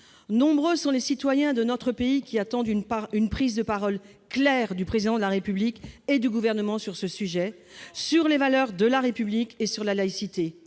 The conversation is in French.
Nombreux sont les citoyens de notre pays qui attendent une prise de parole claire du Président de la République et du Gouvernement sur ce sujet, sur les valeurs de la République et sur la laïcité.